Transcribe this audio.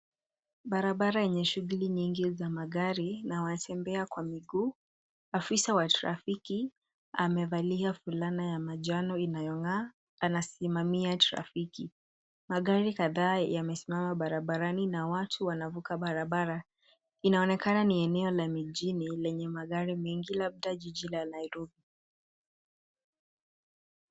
Barabara yenye shughuli nyingi za magari na watembea kwa miguu. Afisa wa trafiki amevalia fulana ya manjano inayong'aa, anasimamia trafiki. Magari kadhaa yamesimama barabarani na watu wanavuka barabara, inaonekana ni eneo la mijini lenye magari mengi labda jiji la Nairobi.